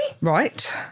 Right